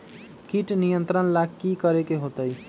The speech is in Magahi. किट नियंत्रण ला कि करे के होतइ?